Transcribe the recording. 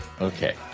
Okay